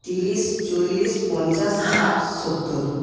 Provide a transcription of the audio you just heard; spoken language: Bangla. তিরিশ চল্লিশ পঞ্চাশ ষাট সত্তর